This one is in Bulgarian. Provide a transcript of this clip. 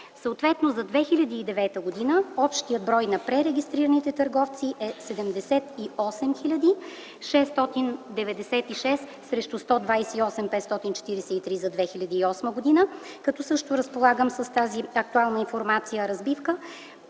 Съответно за 2009 г. общият брой на пререгистрираните търговци е 78 хил. 696 срещу 128 хил. 543 за 2008 г., като също разполагам с тази актуална информация-разбивка: